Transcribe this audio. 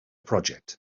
project